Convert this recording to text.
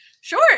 Sure